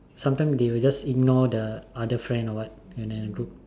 sometime they will just ignore the other friend or what in a group